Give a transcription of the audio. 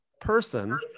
person